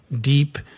deep